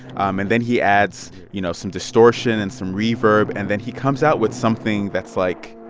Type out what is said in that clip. um and then he adds, you know, some distortion and some reverb. and then he comes out with something that's, like,